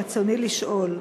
רצוני לשאול: